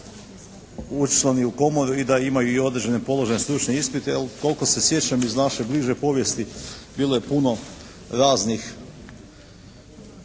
učlani u komoru i da imaju i određene položene stručne ispite jer koliko se sjećam iz naše bliže povijesti bilo je puno raznih